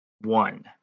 one